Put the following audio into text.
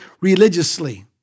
religiously